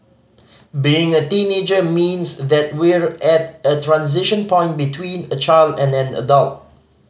being a teenager means that we're at a transition point between a child and an adult